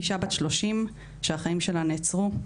אישה בת 30 שהחיים שלה נעצרו,